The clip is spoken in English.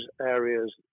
areas